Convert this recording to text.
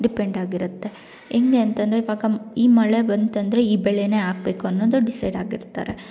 depend ಆಗಿರುತ್ತೆ ಹೆಂಗೆ ಅಂತೆಂದ್ರೆ ಪಾಕ ಈ ಮಳೆ ಬಂತಂದ್ರೆ ಈ ಬೆಳೆಯೇ ಹಾಕ್ಬೇಕು ಅನ್ನೋದು ಡಿಸೈಡ್ ಆಗಿರ್ತಾರೆ